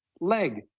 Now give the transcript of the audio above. Leg